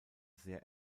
sehr